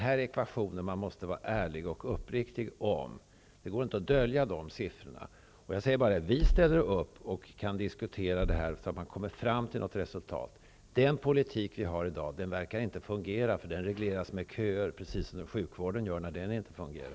Man måste vara ärlig och uppriktig om den här ekvationen. Det går inte att dölja dessa siffror. Vi ställer upp för att diskutera detta så att man kan komma fram till ett resultat. Den politik vi har i dag verkar inte fungera. Den regleras med köer, precis som sjukvården gör när den inte fungerar.